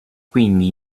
quindi